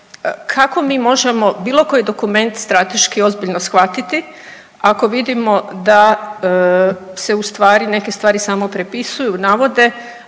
kako mi možemo bilo koji dokument strateški ozbiljno shvatiti ako vidimo da se u stvari neke stvari samo prepisuju i navode,